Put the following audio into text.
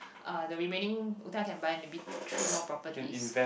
uh the remaining can buy maybe three more properties